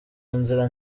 nzira